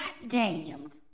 goddamned